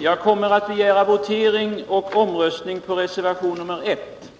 Jag kommer att begära votering och omröstning om reservation 1.